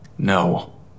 No